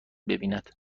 ببیند